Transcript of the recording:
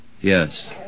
Yes